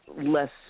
less